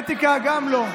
באתיקה גם לא.